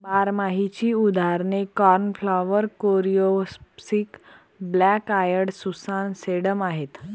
बारमाहीची उदाहरणे cornflower, coreopsis, black eyed Susan, sedum आहेत